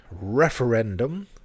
Referendum